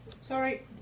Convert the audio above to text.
sorry